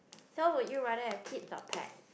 so would you rather have kids or pets